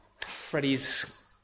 Freddie's